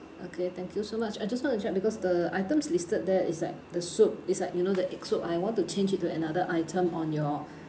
okay thank you so much I just want to check because the items listed there is like the soup is like you know the egg soup I want to change it to another item on your